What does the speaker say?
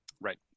Right